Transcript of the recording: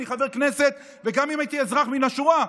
אני חבר כנסת וגם אם הייתי אזרח מן השורה,